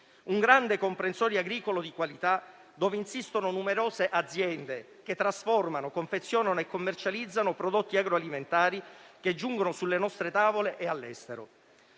un grande comprensorio agricolo di qualità, dove insistono numerose aziende che trasformano, confezionano e commercializzano prodotti agroalimentari che giungono sulle nostre tavole e all'estero.